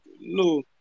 no